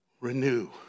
renew